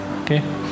Okay